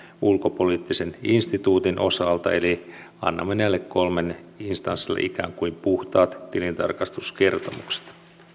ulkopoliittisen instituutin osalta eli annamme näille kolmelle instanssille ikään kuin puhtaat tilintarkastuskertomukset